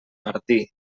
martí